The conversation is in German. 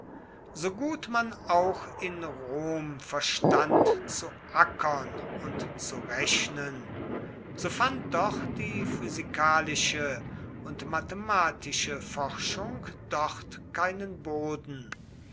so gut man auch in rom verstand zu ackern und zu rechnen so fand doch die physikalische und mathematische forschung dort keinen boden